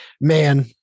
man